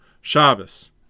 Shabbos